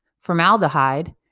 formaldehyde